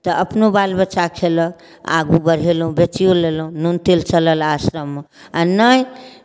तऽ अपनो बाल बच्चा खयलक आगू बढ़ेलहुँ बेचिओ लेलहुँ नून तेल चलल आश्रममे आ नहि